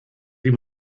wie